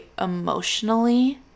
emotionally